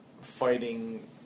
fighting